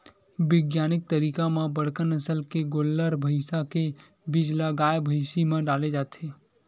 बिग्यानिक तरीका म बड़का नसल के गोल्लर, भइसा के बीज ल गाय, भइसी म डाले जाथे